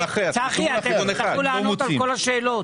צחי, אתם תצטרכו לענות על כל השאלות.